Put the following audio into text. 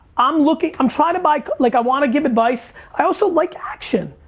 i'm looking, i'm trying to buy, like i wanna give advice, i also like action.